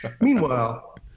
Meanwhile